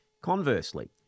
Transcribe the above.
Conversely